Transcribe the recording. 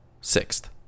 Sixth